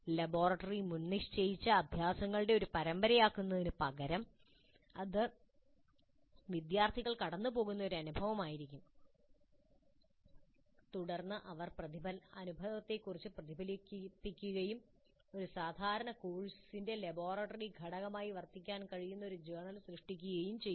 laboratory മുൻനിശ്ചയിച്ച അഭ്യാസങ്ങളുടെ ഒരു പരമ്പരയായിരിക്കുന്നതിനുപകരം അത് വിദ്യാർത്ഥികൾക്ക് കടന്നുപോകുന്ന ഒരു അനുഭവമായിരിക്കും തുടർന്ന് അവർ ആ അനുഭവത്തെക്കുറിച്ച് പ്രതിഫലിപ്പിക്കുകയും ഒരു സാധാരണ കോഴ്സിന്റെ ലബോറട്ടറി ഘടകമായി വർത്തിക്കാൻ കഴിയുന്ന ഒരു ജേർണൽ സൃഷ്ടിക്കുകയും ചെയ്യുന്നു